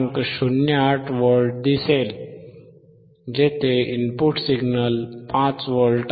08 V दिसेल जेथे input signal 5V आहे